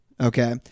okay